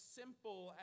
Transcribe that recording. simple